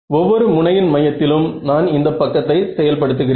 ஒவ்வொரு முனையின் மையத்திலும் நான் இந்த பக்கத்தை செயல்படுத்துகிறேன்